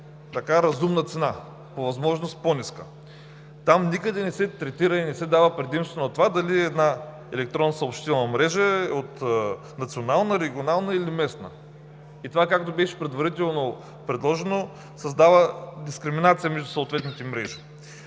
така разумна цена, по-възможност по-ниска. Там никъде не се третира и не се дава предимство на това дали една електронна съобщителна мрежа е национална, регионална или местна. И това, както беше предварително предложено, създава дискриминация между съответните мрежи.